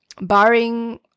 Barring